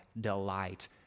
delight